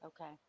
Okay